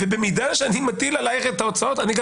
ובמידה שאני מטיל עלייך את ההוצאות אני גם